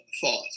thought